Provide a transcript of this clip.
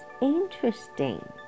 interesting